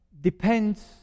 Depends